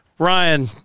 Ryan